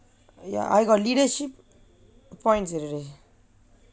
ya I got leadership points already